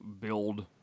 build